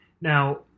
now